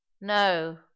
no